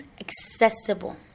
accessible